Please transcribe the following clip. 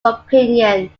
opinion